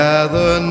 Gather